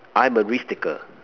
I'm a risk taker